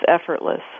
effortless